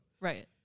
Right